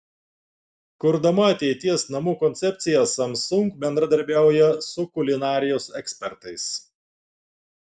kurdama ateities namų koncepciją samsung bendradarbiauja su kulinarijos ekspertais